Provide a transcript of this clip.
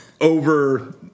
over